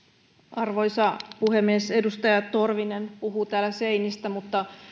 arvoisa puhemies edustaja torvinen puhuu täällä seinistä mutta